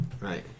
Right